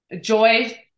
joy